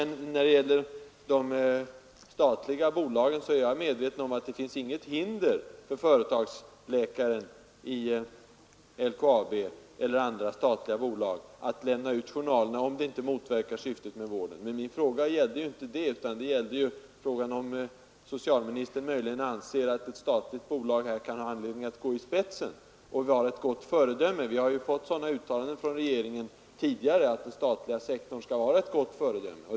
När det gäller de statliga bolagen är jag medveten om att det inte finns något hinder för företagsläkare vid LKAB eller andra statliga bolag att lämna ut journalerna, om det inte motverkar syftet med vården. Men min fråga gällde inte det, utan om socialministern möjligen anser att ett statligt bolag kan ha anledning att gå i spetsen och vara ett gott föredöme. Vi har ju hört sådana uttalanden från regeringen tidigare, att den statliga sektorn skall vara ett gott föredöme.